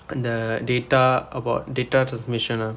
அந்த:andtha data about data transmission lah